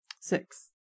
six